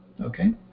Okay